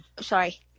sorry